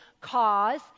cause